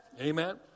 Amen